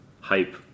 Hype